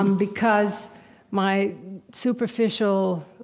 um because my superficial